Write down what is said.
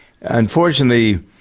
unfortunately